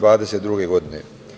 23. godine.